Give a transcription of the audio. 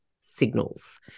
signals